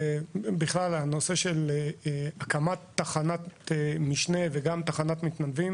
הנושא של הקמת תחנת משנה וגם תחנת מתנדבים